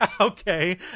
okay